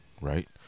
right